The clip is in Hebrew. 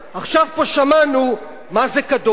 עכשיו פה שמענו, מה זה קדוש?